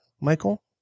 Michael